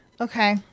Okay